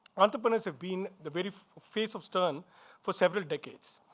entrepreneurs have been the very face of stern for several decades.